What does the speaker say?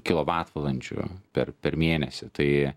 kilovatvalandžių per per mėnesį tai